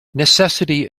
necessity